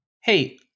hey